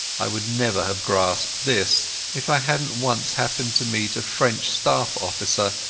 i would never have grasped this if i hadnat once happened to meet a french staff officer,